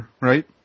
right